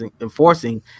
enforcing